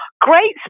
great